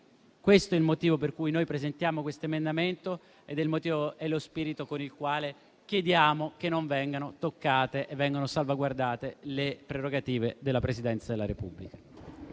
Questo è il motivo per cui noi presentiamo questo emendamento ed è il motivo, lo spirito con il quale chiediamo che non vengano toccate e vengono salvaguardate le prerogative della Presidenza della Repubblica.